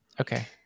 Okay